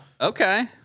Okay